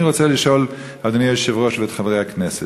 אני רוצה לשאול את אדוני היושב-ראש ואת חברי הכנסת: